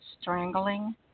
Strangling